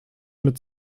mit